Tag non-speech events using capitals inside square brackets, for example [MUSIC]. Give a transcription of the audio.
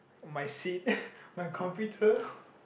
my seat [BREATH] my computer